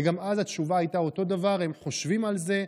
וגם אז התשובה הייתה אותו דבר: הם חושבים על זה,